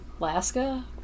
Alaska